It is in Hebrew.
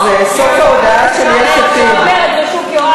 אז סוף ההודעה של יש עתיד, איזו רמה.